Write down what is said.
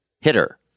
hitter